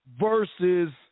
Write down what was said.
versus